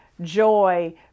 joy